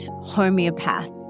homeopath